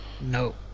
No